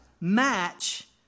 match